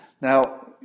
Now